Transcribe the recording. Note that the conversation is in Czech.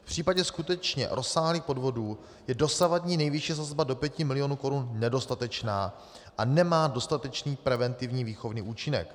V případě skutečně rozsáhlých podvodů je dosavadní nejvyšší sazba do 5 mil. korun nedostatečná a nemá dostatečný preventivní výchovný účinek.